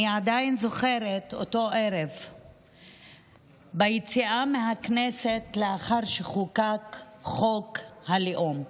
אני עדיין זוכרת את אותו ערב ביציאה מהכנסת לאחר שחוקק חוק הלאום.